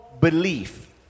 belief